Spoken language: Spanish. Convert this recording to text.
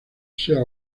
sea